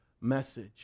message